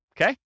okay